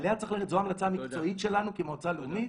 זו ההמלצה המקצועית שלנו כמועצה לאומית.